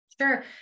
Sure